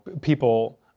People